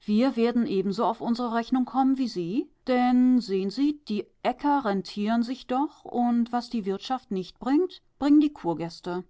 wir werden ebenso auf unsere rechnung kommen wie sie denn sehen sie die äcker rentieren sich doch und was die wirtschaft nicht bringt bringen die kurgäste